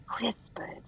whispered